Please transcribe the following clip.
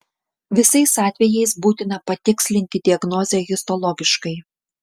visais atvejais būtina patikslinti diagnozę histologiškai